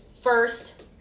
first